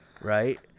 Right